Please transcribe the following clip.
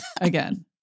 again